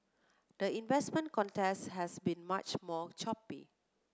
the investment contest has been much more choppy